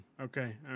Okay